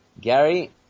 Gary